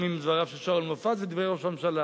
גם עם דבריו של שאול מופז ודברי ראש הממשלה: